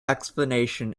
explanation